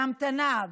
בהמתנה,